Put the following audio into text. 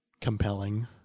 compelling